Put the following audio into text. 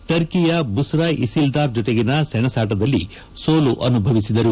ಟರ್ಕಿಯ ಬುಸ್ತಾ ಇಸಿಲ್ಲಾರ್ ಜೊತೆಗಿನ ಸೆಣಸಾಟದಲ್ಲಿ ಸೋಲನುಭವಿಸಿದರು